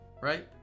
Right